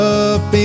up